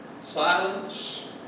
Silence